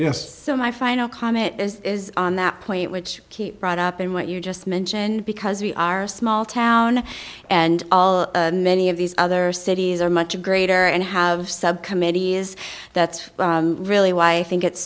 yes so my final comment as is on that point which keep brought up in what you just mentioned because we are a small town and many of these other cities are much greater and have subcommittee is that's really why i think it's